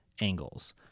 angles